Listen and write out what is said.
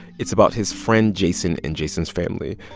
it's about his friend jason and jason's family.